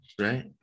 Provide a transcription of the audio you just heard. right